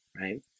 right